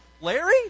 Larry